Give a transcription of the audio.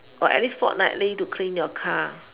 or at least fortnightly to clean your car